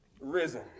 risen